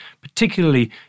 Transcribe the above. particularly